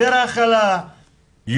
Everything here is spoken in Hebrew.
יותר הכלה,